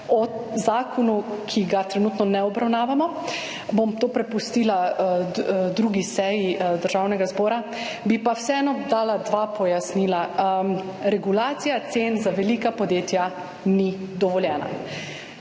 o zakonu, ki ga trenutno ne obravnavamo. Bom to prepustila drugi seji Državnega zbora. Bi pa vseeno dala dva pojasnila. Regulacija cen za velika podjetja ni dovoljena.